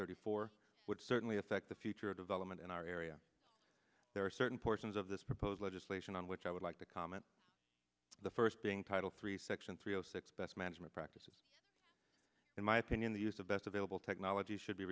thirty four would certainly affect the future of development in our area there are certain portions of this proposed legislation on which i would like to comment the first being title three section three zero six best management practices in my opinion the use of best available technology should be